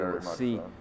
See